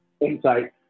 Insight